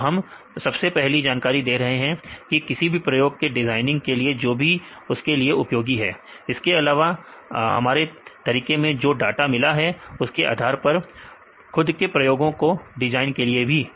तो हम सबसे पहली जानकारी दे रहे हैं किसी भी प्रयोग के डिजाइनिंग के लिए जो कि इसके लिए उपयोगी है इसके अलावा हमारे तरीके से जो डाटा मिला है उसके आधार पर उनके खुद के प्रयोगों के डिजाइन के लिए भी